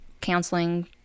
counseling